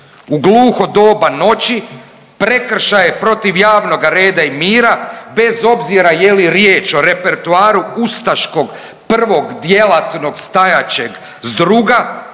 u gluho doba noći prekršaj je protiv javnog reda i mira bez obzira je li riječ o repertoaru ustaškog I. djelatnog stajaćeg sdruga,